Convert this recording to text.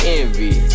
envy